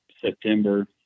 September